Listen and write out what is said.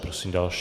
Prosím další.